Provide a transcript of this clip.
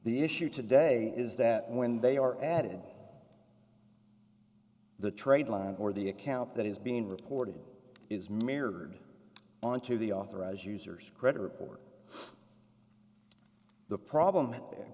the issue today is that when they are added the trade line or the account that is being reported is mirrored onto the authorized users credit report the problem